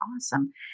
Awesome